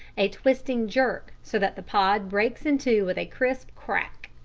a twisting jerk, so that the pod breaks in two with a crisp crack.